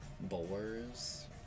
Boars